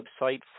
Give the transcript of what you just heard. website